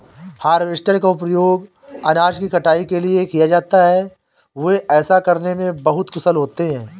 harvester का उपयोग अनाज की कटाई के लिए किया जाता है, वे ऐसा करने में बहुत कुशल होते हैं